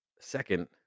Second